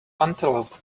antelope